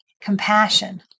compassion